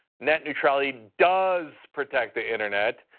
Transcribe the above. that neutrality does protect the internet,